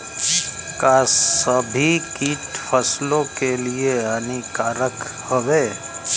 का सभी कीट फसलों के लिए हानिकारक हवें?